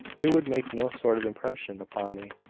it would make no sort of impression upon me.